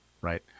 Right